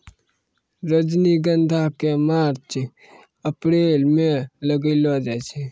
रजनीगंधा क March April म लगैलो जाय छै